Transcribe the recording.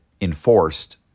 enforced